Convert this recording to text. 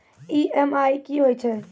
EMI कि होय छै?